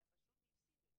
הם פשוט הפסידו,